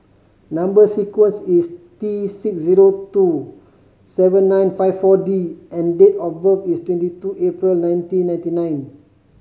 number sequence is T six zero two seven nine five Four D and date of birth is twenty two April nineteen ninety nine